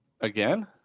Again